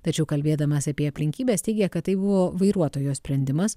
tačiau kalbėdamas apie aplinkybes teigė kad tai buvo vairuotojo sprendimas